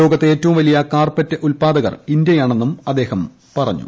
ലോകത്തെ ഏറ്റവും വലിയ കാർപറ്റ് ഉത്പാദകർ ഇന്തൃയാണെന്നും അദ്ദേഹം പറഞ്ഞു